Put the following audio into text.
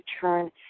turn